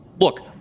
Look